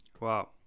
wow